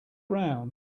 around